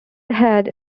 had